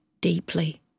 deeply